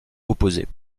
opposées